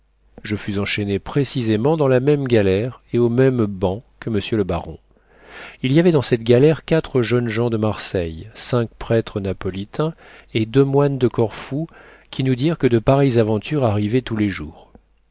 je fus enchaîné précisément dans la même galère et au même banc que monsieur le baron il y avait dans cette galère quatre jeunes gens de marseille cinq prêtres napolitains et deux moines de corfou qui nous dirent que de pareilles aventures arrivaient tous les jours